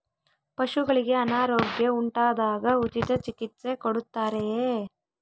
ಪಶುಗಳಿಗೆ ಅನಾರೋಗ್ಯ ಉಂಟಾದಾಗ ಉಚಿತ ಚಿಕಿತ್ಸೆ ಕೊಡುತ್ತಾರೆಯೇ?